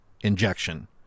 injection